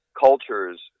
cultures